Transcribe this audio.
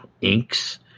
inks